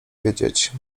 wiedzieć